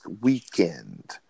weekend